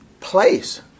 place